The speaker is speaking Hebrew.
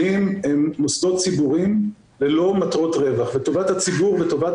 הם מוסדות ציבוריים ללא מטרות רווח וטובת הציבור וטובת